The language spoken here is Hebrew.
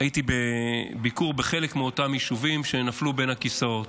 הייתי בביקור בחלק מאותם יישובים שנפלו בין הכיסאות,